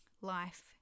life